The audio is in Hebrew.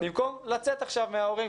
במקום לצאת עכשיו מההורים,